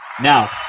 Now